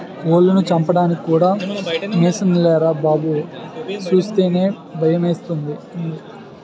కోళ్లను చంపడానికి కూడా మిసన్లేరా బాబూ సూస్తేనే భయమేసింది